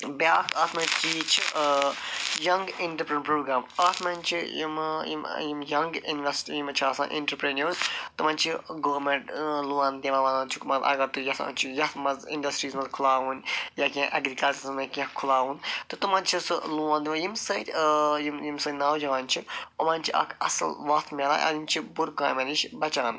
بیٛاکھ اَتھ منٛز چیٖز چھِ ینٛگ اینٹرپرنیٛوٗر پرٛوگرام اَتھ منٛز چھِ یمہٕ یِمہٕ یِم ینٛگ اِنویسٹہٕ یِم چھِ آسان اِنٹرپرِنیوٲرٕز تِمن چھِ گورمٮ۪نٛٹ لون دِوان ونان چھِکھ اگر تُہۍ یژھان چھُو یتھ منٛز انڈسٹریٖز منٛز کھُلاوُن یا کیٚنٛہہ ایگریکلچرس منٛز کیٚنٛہہ کھُلاوُن تہٕ تِمن چھُ سُہ لون دِوان ییٚمہِ سۭتۍ یم سٲنۍ نوجوان چھِ یِمن چھُ اکھ اَصٕل وَتھ میلان اَمچہِ بُرٕ کامٮ۪ن نِش بچان